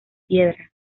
piedra